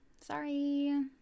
sorry